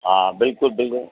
हा बिल्कुलु बिल्कुलु